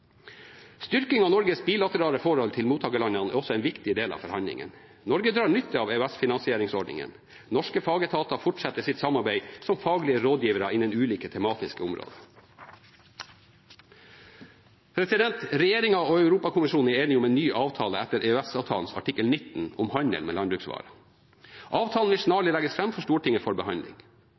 Styrking av Norges bilaterale forhold til mottakerlandene er også en viktig del av forhandlingene. Norge drar nytte av EØS-finansieringsordningene. Norske fagetater fortsetter sitt samarbeid som faglige rådgivere innen ulike tematiske områder. Regjeringen og Europakommisjonen er enige om en ny avtale etter EØS-avtalens artikkel 19 om handel med landbruksvarer. Avtalen vil snarlig legges fram for Stortinget for behandling.